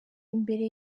imbere